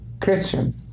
Christian